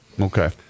Okay